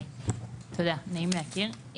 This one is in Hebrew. תודה, נעים להכיר.